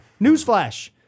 Newsflash